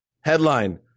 Headline